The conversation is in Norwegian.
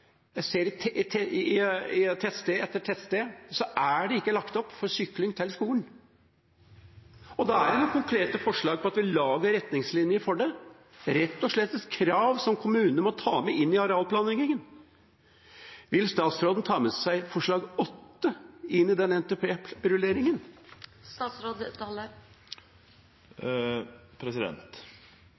Jeg ser at på tettsted etter tettsted er det ikke lagt til rette for sykling til skolen. Det er et konkret forslag om at vi lager retningslinjer for det, rett og slett et krav som kommunene må ta med inn i arealplanleggingen. Vil statsråden ta med seg forslag nr. 8 inn i